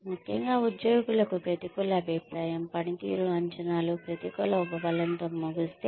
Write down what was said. ముఖ్యంగా ఉద్యోగులకు ప్రతికూల అభిప్రాయం పనితీరు అంచనాలు ప్రతికూల ఉపబలంతో ముగుస్తే